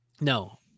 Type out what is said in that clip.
No